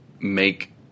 make